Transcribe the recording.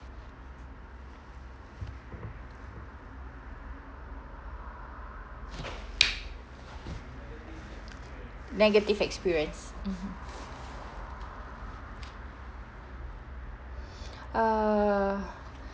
negative experience mmhmm uh